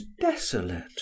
desolate